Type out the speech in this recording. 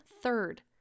third